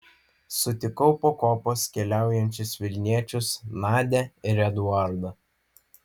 sutikau po kopas keliaujančius vilniečius nadią ir eduardą